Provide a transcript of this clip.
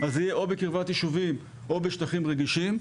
זה יהיה בקרבת יישובים או בשטחים רגישים,